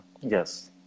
Yes